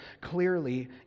clearly